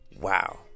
Wow